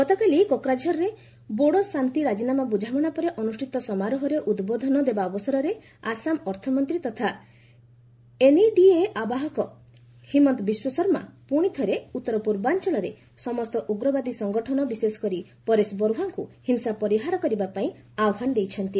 ଗତକାଲି କୋକ୍ରାଝରରେ ବୋଡୋ ଶାନ୍ତି ରାଜିନାମା ବୁଝାମଣା ପରେ ଅନୁଷ୍ଠିତ ସମାରୋହରେ ଉଦ୍ବୋଧନ ଦେବା ଅବସରରେ ଆସାମ ଅର୍ଥମନ୍ତ୍ରୀ ତଥା ଏନ୍ଇଡିଏ ଆବାହକ ହିମନ୍ତ ବିଶ୍ୱଶର୍ମା ପୁଣି ଥରେ ଉତ୍ତର ପୂର୍ବାଞ୍ଚଳରେ ସମସ୍ତ ଉଗ୍ରବାଦୀ ସଙ୍ଗଠନ ବିଶେଷକରି ପରେଶ ବରୁହାଙ୍କୁ ହିଂସା ପରିହାର କରିବାପାଇଁ ଆହ୍ୱାନ ଦେଇଛନ୍ତି